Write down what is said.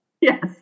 yes